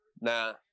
Nah